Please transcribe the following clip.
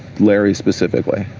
larry specifically.